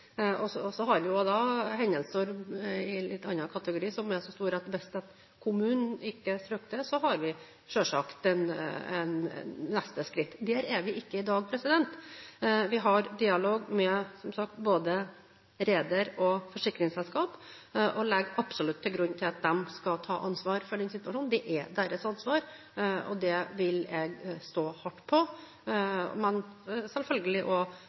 har en hendelser i en litt annen kategori som er så store at kommunen ikke strekker til – og da har vi selvsagt et neste skritt. Der er vi ikke i dag. Vi har som sagt dialog med både reder og forsikringsselskap og legger absolutt til grunn at de skal ta ansvar for denne situasjonen. Det er deres ansvar, og det vil jeg stå hardt på. Men jeg vil selvfølgelig